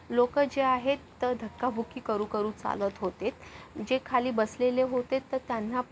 लोक जे आहेत तर धक्काबुक्की करूकरू चालत होतेत जे खाली बसलेले होतेत तर त्यांना